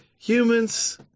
Humans